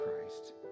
Christ